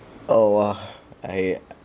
oh !wah! I